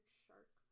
shark